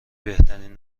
بهترین